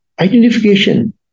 identification